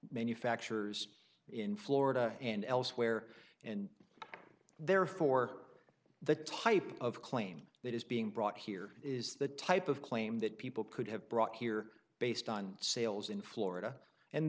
manufacturers in florida and elsewhere and therefore the type of claim that is being brought here is the type of claim that people could have brought here based on sales in florida and